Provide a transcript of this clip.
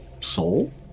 soul